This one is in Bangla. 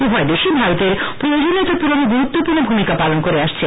উভয় দেশই ভারতের প্রয়োজনীয়তা পরণে গুরুত্বপূর্ণ ভূমিকা পালন করে আসছে